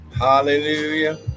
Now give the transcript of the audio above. hallelujah